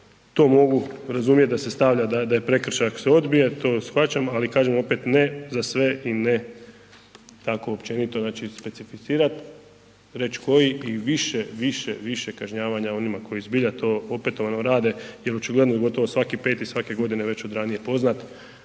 to mogu razumjet da se stavlja da je prekršaj ako se odbije, to shvaćam, ali kažem opet, ne za sve i ne tako općenito znači specificirat, reć koji i više, više, više kažnjavanja onima koji zbilja to opetovano rade jer očigledno je gotovo svaki peti svake godine već od ranije poznat,